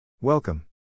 Welcome